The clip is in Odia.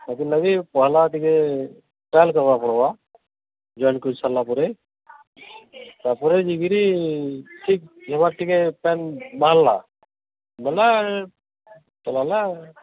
ସେଥିର୍ ଲାଗି ପହେଲା ଟିକେ ଟ୍ରାଏଲ୍ କର୍ବା ପଡ଼୍ବା ଜଏଣ୍ଟ୍ କରି ସାରିଲା ପରେ ତା'ପରେ ଯାଇକିରି ଠିକ୍ ଜେଗାରେ ଟିକେ ପେନ୍ ବାହାର୍ଲା ବୋଲେ ଭଲ ହେଲା